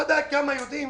לא יודע כמה יודעים